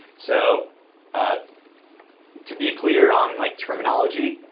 so ah to be clear on like terminology,